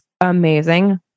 amazing